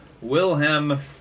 Wilhelm